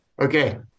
Okay